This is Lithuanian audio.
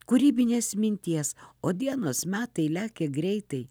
kūrybinės minties o dienos metai lekia greitai